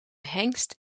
hengst